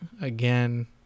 again